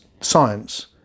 science